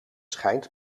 schijnt